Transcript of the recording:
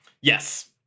Yes